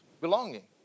belonging